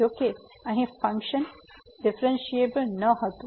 જોકે અહીં function differentiable ન હતું